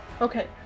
Okay